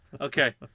Okay